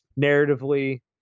narratively